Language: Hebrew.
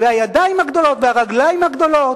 והידיים הגדולות והרגליים הגדולות?